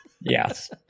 Yes